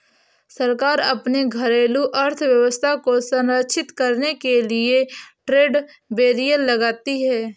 सरकार अपने घरेलू अर्थव्यवस्था को संरक्षित करने के लिए ट्रेड बैरियर लगाती है